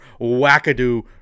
wackadoo